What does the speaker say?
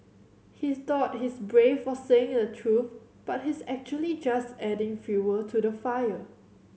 he thought he's brave for saying the truth but he's actually just adding fuel to the fire